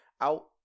out